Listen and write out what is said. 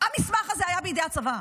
המסמך הזה היה בידי הצבא,